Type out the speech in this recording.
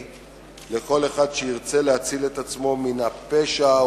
לכל אחד שירצה להציל את עצמו מן הפשע,